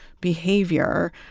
behavior